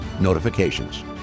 notifications